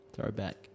Throwback